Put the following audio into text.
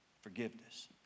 Forgiveness